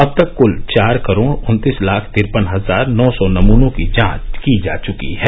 अब तक कुल चार करोड़ उन्तीस लाख तिरपन हजार नौ सौ नमूनों की जांच की जा चुकी है